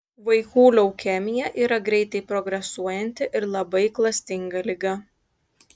vaikų leukemija yra greitai progresuojanti ir labai klastinga liga